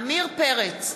עמיר פרץ,